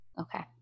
Okay